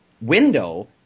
window